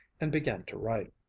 and began to write.